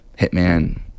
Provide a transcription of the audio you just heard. Hitman